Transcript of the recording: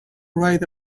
write